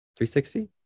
360